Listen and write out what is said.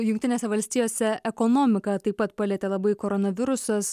jungtinėse valstijose ekonomiką taip pat palietė labai koronavirusas